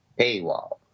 paywall